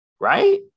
right